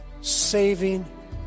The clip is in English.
saving